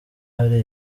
hari